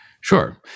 Sure